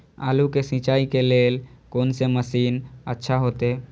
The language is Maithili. आलू के सिंचाई के लेल कोन से मशीन अच्छा होते?